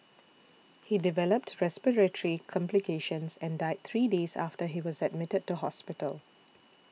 he developed respiratory complications and died three days after he was admitted to hospital